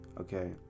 okay